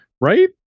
right